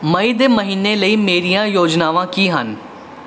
ਮਈ ਦੇ ਮਹੀਨੇ ਲਈ ਮੇਰੀਆਂ ਯੋਜਨਾਵਾਂ ਕੀ ਹਨ